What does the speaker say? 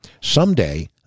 someday